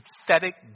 pathetic